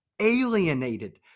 alienated